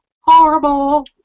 Horrible